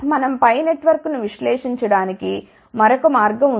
మనం π నెట్వర్క్ను విశ్లేషించడానికి మరొక మార్గం ఉంది